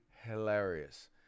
hilarious